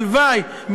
הלוואי,